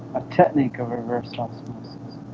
a technique of reverse osmosis